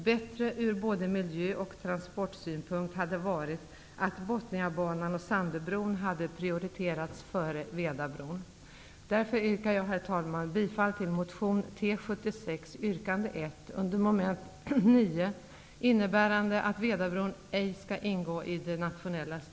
Bättre ur både miljö och transportsynpunkt hade varit att Botniabanan och Herr talman! Därför yrkar jag bifall till motion T76, yrkande 1 under mom. 9, innebärande att